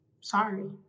Sorry